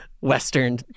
Western